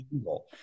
evil